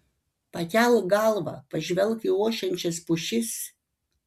pakelk galvą pažvelk į ošiančias pušis